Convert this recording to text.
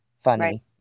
funny